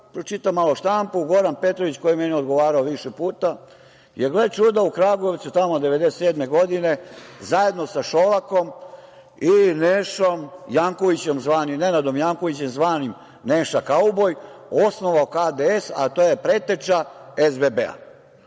pročitam malo štampu, Goran Petrović, koji je meni odgovarao više puta, gle čuda, u Kragujevcu, tamo 1997. godine, zajedno sa Šolakom i Nenadom Jankovićem, zvanim Neša kauboj, osnovao KDS, a to je preteča SBB-a.